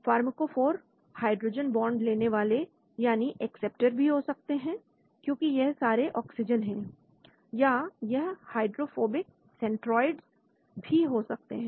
फॉर्मकोफॉर hydrogen bond लेने वाले यानी एक्सेप्टर भी हो सकते हैं क्योंकि यह सारे ऑक्सीजन है या यह हाइड्रोफोबिक सेट्रॉयड भी हो सकते हैं